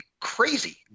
crazy